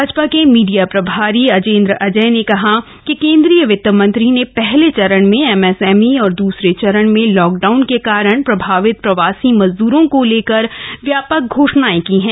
भाजपा के मीडिया प्रभारी अजेंद्र अजय ने कहा कि केंद्रीय वित मंत्री ने पहले चरण में एमएसएमई और दूसरे चरण में लॉक डाउन के कारण प्रभावित प्रवासी मजदूरों को लेकर व्यापक घोषणाएं की हैं